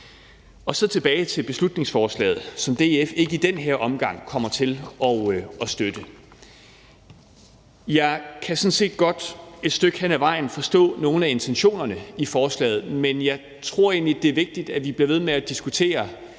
vende tilbage til beslutningsforslaget, som DF ikke i den her omgang kommer til at støtte. Jeg kan sådan set et stykke hen ad vejen godt forstå nogle af intentionerne i forslaget, men jeg tror egentlig, det er vigtigt, at vi bliver ved med at diskutere